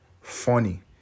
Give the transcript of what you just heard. funny